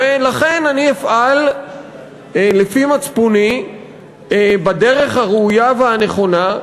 ולכן אני אפעל לפי מצפוני, בדרך הראויה והנכונה,